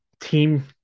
team